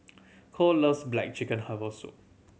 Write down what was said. Cole loves black chicken herbal soup